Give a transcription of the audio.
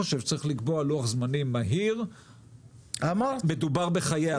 אבל אני חושב שצריך לקבוע לוח זמנים מהיר כי מדובר בחיי אדם.